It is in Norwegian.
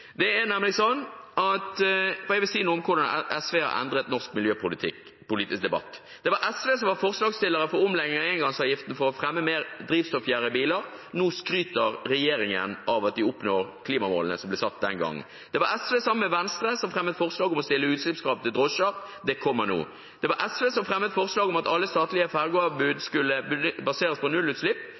for jeg vil si noe om hvordan SV har endret norsk miljøpolitisk debatt. Det var SV som var forslagsstiller for omlegging av engangsavgiften for å fremme mer drivstoffgjerrige biler. Nå skryter regjeringen av at de oppnår klimamålene som ble satt den gangen. Det var SV, sammen med Venstre, som fremmet forslag om å stille utslippskrav til drosjer. Det kommer nå. Det var SV som fremmet forslag om at alle statlige fergeanbud skulle baseres på nullutslipp.